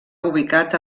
ubicat